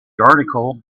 article